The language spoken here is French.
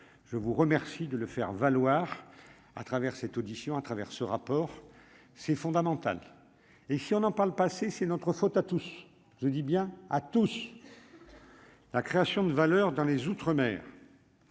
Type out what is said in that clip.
je vous remercie de le faire valoir à travers cette audition à travers ce rapport, c'est fondamental, et si on en parle pas assez, c'est notre faute à tous, je dis bien à tous. La création de valeur dans les outre-mer.